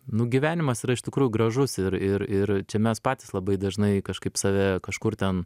nu gyvenimas yra iš tikrųjų gražus ir ir ir čia mes patys labai dažnai kažkaip save kažkur ten